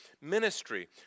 ministry